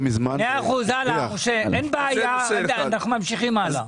אנחנו ממשיכים הלאה.